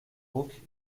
rauque